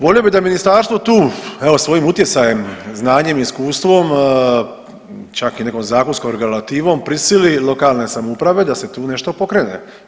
Volio bi da ministarstvo tu evo svojim utjecajem znanjem i iskustvom čak i nekom zakonskom regulativom prisili lokalne samouprave da se tu nešto pokrene.